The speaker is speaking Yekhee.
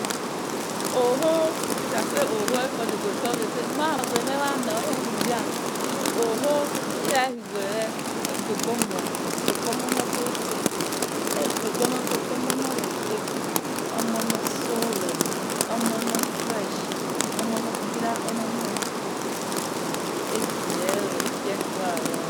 oh! Ho! If i say oh! Ho! Every body go tell me say maghe mie ana iya ne khu yo ala. ire khughuere aigbe bo mo aigbe bo mo lo sose aigbe mo lore ghegbe omolo ose wero omo lo fresh oniolokia olopioi kpo eghie ro ghikaya wo